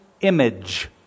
image